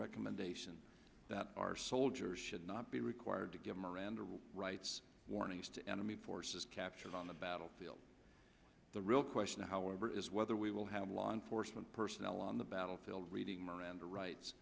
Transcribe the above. recommendation that our soldiers should not be required to give miranda rights warnings to enemy forces captured on the battlefield the real question however is whether we will have law enforcement personnel on the battlefield reading miranda rights